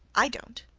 i don't.